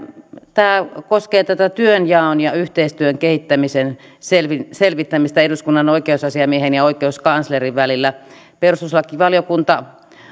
tämä koskee työnjaon ja yhteistyön kehittämisen selvittämistä selvittämistä eduskunnan oikeusasiamiehen ja oikeuskanslerin välillä perustuslakivaliokunta